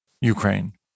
Ukraine